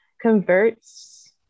converts